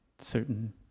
certain